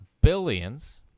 Billions